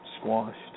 squashed